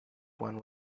one